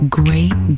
great